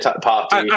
party